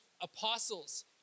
apostles